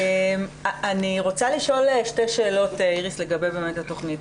אני רוצה לשאול שתי שאלות, איריס, לגבי התוכנית.